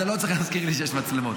אתה לא צריך להזכיר לי שיש מצלמות.